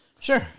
Sure